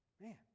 Man